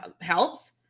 helps